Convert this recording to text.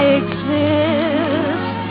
exist